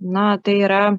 na tai yra